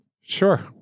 Sure